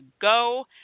go